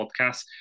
podcast